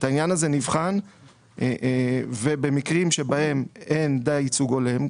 העניין הזה נבחן ובמקרים שבהם אין די ייצוג הולם,